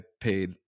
paid